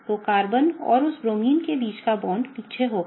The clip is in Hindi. तो कार्बन और उस ब्रोमीन के बीच का बांड पीछे होगा